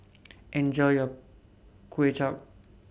Enjoy your Kway Chap